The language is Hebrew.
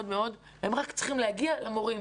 הם רק צריכים להגיע למורים.